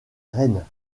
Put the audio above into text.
rennes